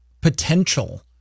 potential